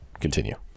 continue